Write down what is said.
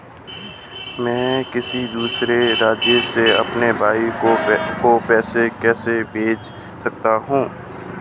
मैं किसी दूसरे राज्य से अपने भाई को पैसे कैसे भेज सकता हूं?